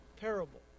parable